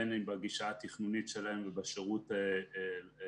בין אם בגישה התכנונית שלהם ובשירות לנוסע,